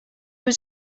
was